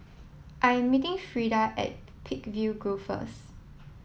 I am meeting Freeda at Peakville Grove first